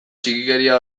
txikikeria